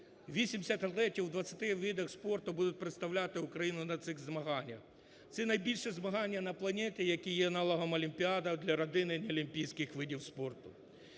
атлетів у 20 видах спорту будуть представляти Україну на цих змаганнях, це найбільші змагання на планеті, які є аналогом олімпіади для родини не олімпійських видів спорту.